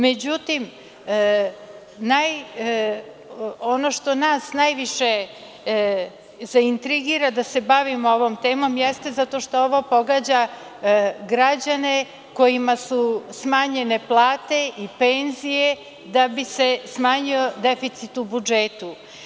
Međutim, ono što nas najviše intrigira da se bavimo ovom temom jeste zato što ovo pogađa građane kojima su smanjene plate i penzije kako bi se smanjio deficit u budžetu.